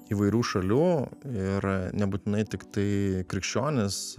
įvairių šalių ir nebūtinai tiktai krikščionys